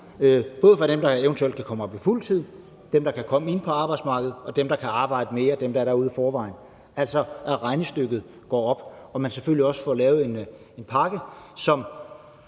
både for dem, der eventuelt kan komme op på fuld tid, dem, der kan komme ind på arbejdsmarkedet, og dem, der er derude i forvejen og kan arbejde mere, altså at regnestykket går op og man selvfølgelig også får lavet en pakke, som,